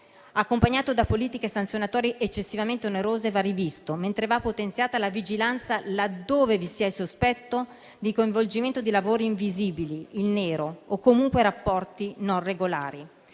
accompagnato da politiche sanzionatorie eccessivamente onerose, va rivisto, mentre va potenziata la vigilanza là dove vi sia il sospetto di coinvolgimento di lavori invisibili, in nero o comunque rapporti non regolari.